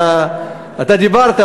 אתה דיברת,